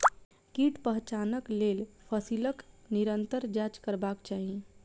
कीट पहचानक लेल फसीलक निरंतर जांच करबाक चाही